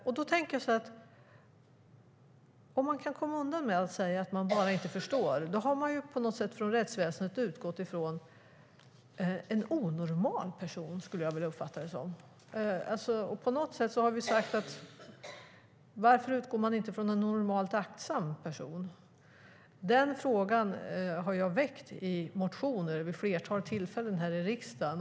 Om man kan komma undan med att bara säga att man inte förstår då har rättsväsendet på något sätt utgått från en onormal person, skulle jag vilja säga. Varför utgår man inte från en normalt aktsam person? Den frågan har jag väckt i motioner vid ett flertal tillfällen här i riksdagen.